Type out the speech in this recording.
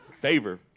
favor